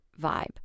vibe